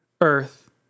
earth